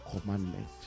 commandment